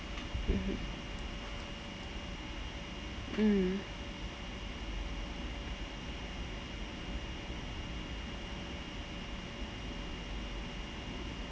mmhmm mm